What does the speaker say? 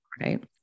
right